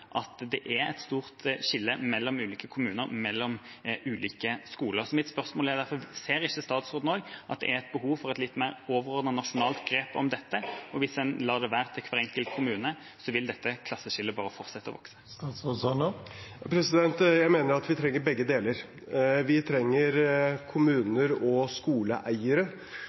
er behov for et litt mer overordnet, nasjonalt grep om dette, og at hvis en lar det være opp til hver enkelt kommune, vil dette klasseskillet bare fortsette å vokse? Jeg mener at vi trenger begge deler. Vi trenger kommuner og skoleeiere